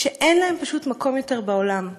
אין להם פשוט מקום יותר בעולם.